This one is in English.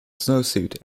snowsuit